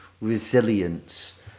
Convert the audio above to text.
resilience